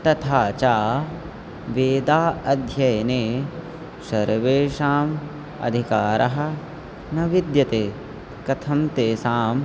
तथा च वेदाध्ययने सर्वेषाम् अधिकारः न विद्यते कथं तेषां